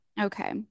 Okay